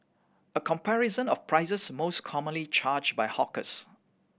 a comparison of prices most commonly charged by hawkers